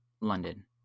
London